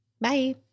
Bye